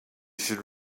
should